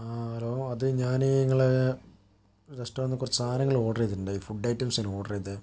ആ ഹലോ അത് ഞാൻ നിങ്ങളെ റെസ്റ്റോറെന്റിൽ നിന്ന് കുറച്ചു സാധനങ്ങൾ ഓർഡർ ചെയ്തിട്ടുണ്ടായിരുന്നു ഫുഡ് ഐറ്റംസ് ആയിരുന്നു ഓർഡർ ചെയ്തിരുന്നത്